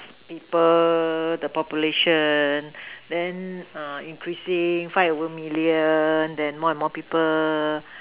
people the population then are increasing five over million then more and more people